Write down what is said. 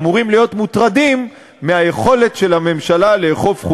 אמורים להיות מוטרדים מהיכולת של הממשלה לאכוף,